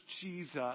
Jesus